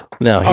No